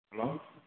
hello